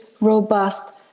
robust